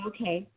Okay